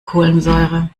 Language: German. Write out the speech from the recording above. kohlensäure